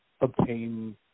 obtain